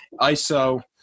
ISO